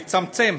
מה לצמצם?